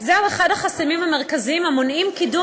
זהו אחד החסמים המרכזיים המונעים קידום